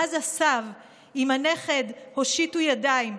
// ואז הסב עם הנכד הושיטו ידיים,